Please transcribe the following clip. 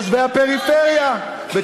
תושבי הפריפריה.